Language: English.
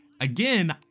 again